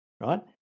right